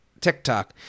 TikTok